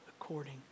according